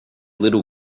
little